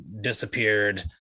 disappeared